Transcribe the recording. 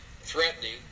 threatening